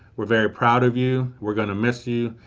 we're very proud of you, we're gonna miss you,